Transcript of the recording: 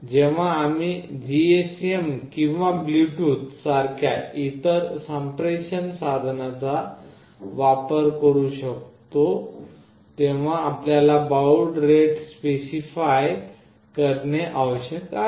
जेव्हा आम्ही जीएसएम किंवा ब्लूटूथ सारख्या इतर संप्रेषण साधनांचा वापर करू शकतो तेव्हा आपल्याला बाउड रेट स्पेसिफाय करणे आवश्यक आहे